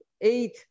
eight